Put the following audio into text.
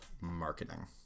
marketing